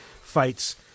fights